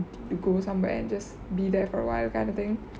to go somewhere and just be there for awhile kind of thing